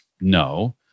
No